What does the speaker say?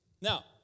Now